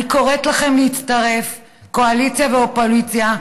אני קוראת לכם להצטרף, קואליציה ואופוזיציה,